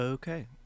Okay